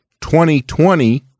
2020